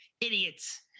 idiots